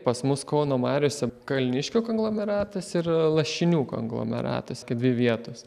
pas mus kauno mariose kalniškio konglomeratas ir lašinių konglomeratas dvi vietos